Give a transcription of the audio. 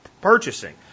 purchasing